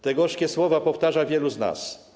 Te gorzkie słowa powtarza wielu z nas.